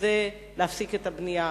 זה להפסיק את הבנייה,